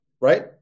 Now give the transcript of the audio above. right